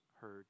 heard